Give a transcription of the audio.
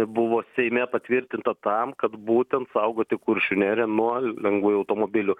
buvo seime patvirtinta tam kad būtent saugoti kuršių neriją nuo lengvųjų automobilių